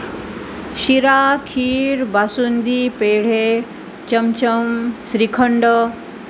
शिरा खीर बासुंदी पेढे चमचम श्रीखंड